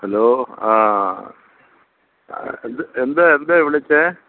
hello ആ എന്ത് എന്താണ് എന്തേ വിളിച്ചത്